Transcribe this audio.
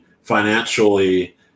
financially